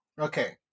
okay